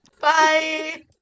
Bye